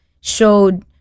showed